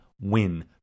win